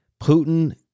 Putin